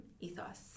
ethos